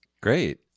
Great